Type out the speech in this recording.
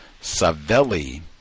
Savelli